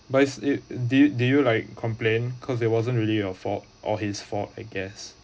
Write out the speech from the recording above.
but it's it did did you like complain cause that wasn't really a fault or his fault I guess